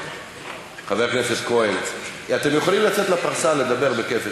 חבר הכנסת כהן, אתם יכולים לצאת לפרסה לדבר בכיף.